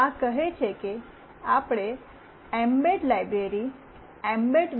આ કહે છે કે આપણે એમબેડ લાઇબ્રેરી એમબેડ